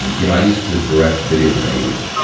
you know, i used to direct videos in the eighty s.